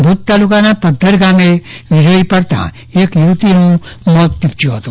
ભુજ તાલુકાના પધ્ધર ગામે વીજળી પડતા યુવતીનું મોત નીપશ્યું હતું